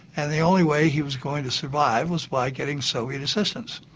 and the only way he was going to survive was by getting soviet assistance.